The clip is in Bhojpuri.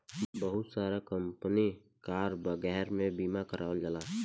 बहुत सारा कंपनी कार वगैरह के बीमा करावल जाला